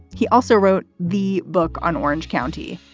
he also wrote the book on orange county.